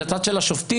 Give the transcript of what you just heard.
הצד של השופטים,